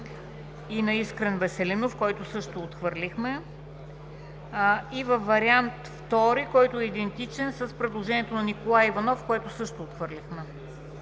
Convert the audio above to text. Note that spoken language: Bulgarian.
И на Искрен Веселинов, който също отхвърлихме. И във вариант втори, който е идентичен с предложението на Николай Иванов, което също отхвърлихме.